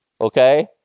okay